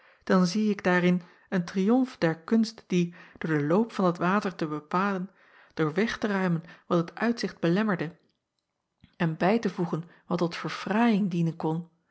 dan zie ik daarin een triomf der kunst die door den loop van dat water te bepalen door weg te ruimen wat het uitzicht belemmerde en bij te voegen wat tot verfraaiing dienen kon